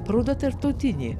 paroda tarptautinė